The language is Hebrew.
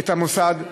ואת המוסד,